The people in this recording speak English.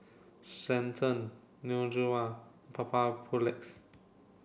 Centrum Neutrogena Papulex